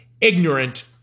ignorant